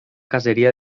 caseria